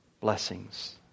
blessings